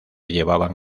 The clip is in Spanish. llevaban